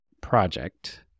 project